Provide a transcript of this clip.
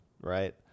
right